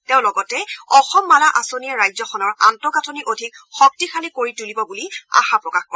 তেওঁ লগতে অসম মালা আঁচনিয়ে ৰাজ্যখনৰ আন্তঃগাঠনি অধিক শক্তিশালী কৰিব তুলিব বুলি আশা প্ৰকাশ কৰে